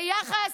ביחד,